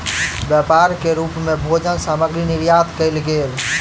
व्यापार के रूप मे भोजन सामग्री निर्यात कयल गेल